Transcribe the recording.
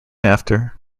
after